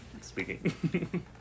speaking